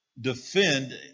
defend